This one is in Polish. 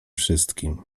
wszystkim